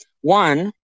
One